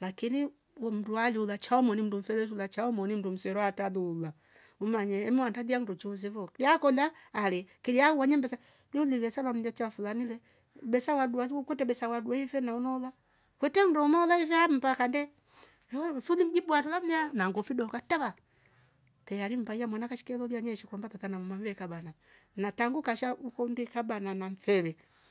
lakini umnduale ulola cha mwane mndu mfele zulachao mwane ndumsero hata lula umanye emwa ata ndochooze vo. jaa konda hale kija wonya ndosa umnivia sema mndetchafu amile besa wadua zu kutwe besa waduive naumama. kwete undo noleivia mpakande ehh mfururu mjibu wafulomia na ngufu fidoka taa teari mtaya mwana kashke lolia nyeshi kombaka tana mma mve kabana na tangu kasha ukondia kabanana na mfere.